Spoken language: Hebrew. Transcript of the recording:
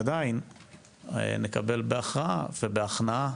עדיין נקבל בהכרעה ובהכנעה